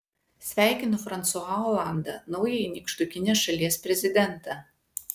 sveikinu fransua olandą naująjį nykštukinės šalies prezidentą